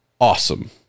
awesome